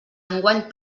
enguany